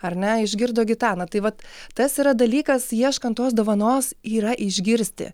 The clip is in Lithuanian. ar ne išgirdo gitana tai vat tas yra dalykas ieškant tos dovanos yra išgirsti